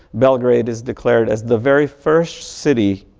belgrade is declared as the very first city,